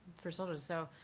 for soldiers. so